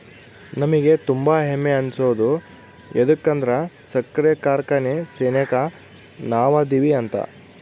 ನಮಿಗೆ ತುಂಬಾ ಹೆಮ್ಮೆ ಅನ್ಸೋದು ಯದುಕಂದ್ರ ಸಕ್ರೆ ಕಾರ್ಖಾನೆ ಸೆನೆಕ ನಾವದಿವಿ ಅಂತ